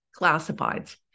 classifieds